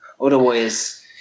Otherwise